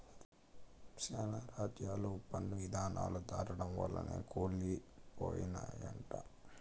శానా రాజ్యాలు పన్ను ఇధానాలు దాటడం వల్లనే కూలి పోయినయంట